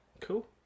Cool